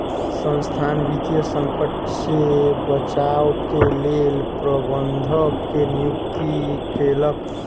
संसथान वित्तीय संकट से बचाव के लेल प्रबंधक के नियुक्ति केलक